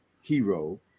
hero